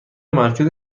مرکز